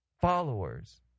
Followers